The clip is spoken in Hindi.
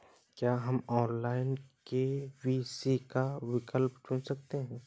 क्या हम ऑनलाइन के.वाई.सी का विकल्प चुन सकते हैं?